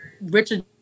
Richard